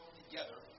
together